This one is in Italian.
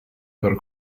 per